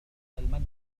المدرسة